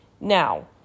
Now